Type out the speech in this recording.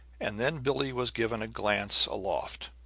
and then billie was given a glance aloft,